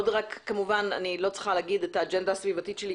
אני לא צריכה להגיד את האג'נדה הסביבתית שלי,